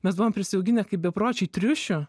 mes buvom prisiauginę kaip bepročiai triušių